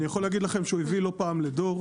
אני יכול להגיד לכם שהוא הביא לא פעם לדור,